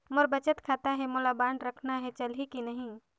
मोर बचत खाता है मोला बांड रखना है चलही की नहीं?